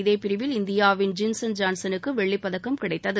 இதே பிரிவில் இந்தியாவின் ஜின்சன் ஜான்சனுக்கு வெள்ளிப்பதக்கம் கிடைத்தது